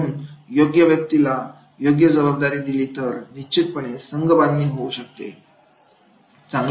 म्हणून योग्य व्यक्तीला योग्य जबाबदारी दिली तर निश्चितपणे संघबांधणी होऊ शकते